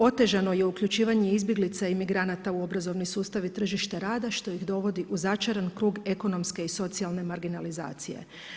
Otežano je uključivanje izbjeglica i migranata u obrazovni sustav i tržište rada, što ih dovodi u začaran krug ekonomske i socijalne marginalizacije.